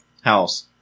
house